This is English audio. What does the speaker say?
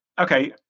Okay